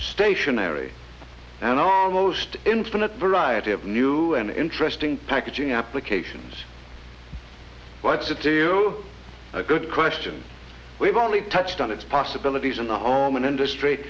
stationery and most infinite variety of new and interesting packaging applications what to tell you a good question we've only touched on its possibilities in the home and industry